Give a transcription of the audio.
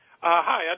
Hi